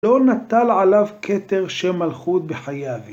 לא נטל עליו כתר של מלכות בחייו.